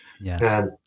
Yes